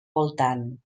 voltant